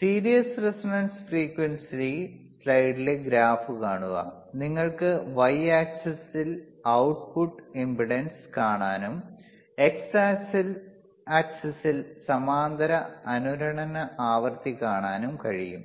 series resonance ഫ്രീക്വൻസിയിൽ സ്ലൈഡിലെ graph കാണുക നിങ്ങൾക്ക് y ആക്സിസിൽ output ഇംപെഡൻസ് കാണാനും x ആക്സിസിൽ സമാന്തര അനുരണന ആവൃത്തി കാണാനും കഴിയും